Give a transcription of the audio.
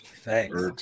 Thanks